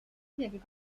isegi